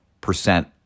percent